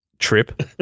trip